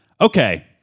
Okay